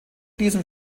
diesem